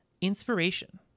inspiration